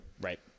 Right